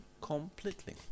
completely